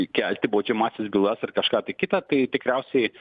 kelti baudžiamąsias bylas ar kažką tai kitą tai tikriausiai